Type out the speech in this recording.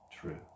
true